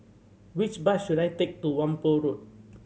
which bus should I take to Whampoa Road